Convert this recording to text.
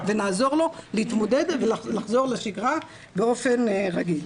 ונעזור לו להתמודד ולחזור לשגרה באופן רגיל.